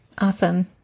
Awesome